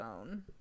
own